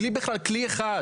בלי בכלל כלי אחד